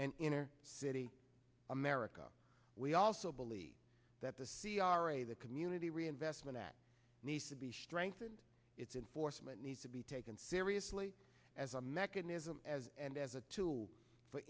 and inner city america we also believe that the c r a the community reinvestment act needs to be strengthened its enforcement needs to be taken seriously as a mechanism and as a tool for